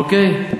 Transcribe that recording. אוקיי?